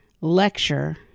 lecture